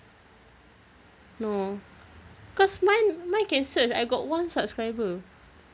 no cause mine mine can search I got one subscriber